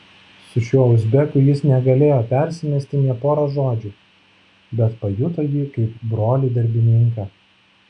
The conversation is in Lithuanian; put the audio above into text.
su šiuo uzbeku jis negalėjo persimesti nė pora žodžių bet pajuto jį kaip brolį darbininką